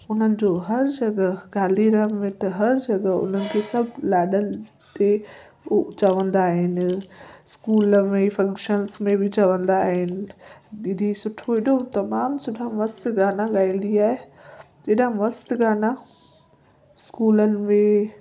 उन्हनि जो हरु जॻह गांधीधाम में त हरु जॻह उन्हनि खे सभु लाॾन ते हो चवंदा आहिनि स्कूल में फ़ंक्शन्स में बि चवंदा आहिनि दीदी सुठो एॾो तमामु सुठा मस्तु गाना ॻाईंदी आहे एॾा मस्तु गाना स्कूलनि में